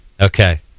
Okay